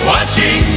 Watching